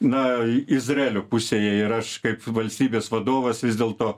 na izraelio pusėje ir aš kaip valstybės vadovas vis dėlto